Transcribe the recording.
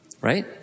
right